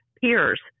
peers